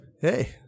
hey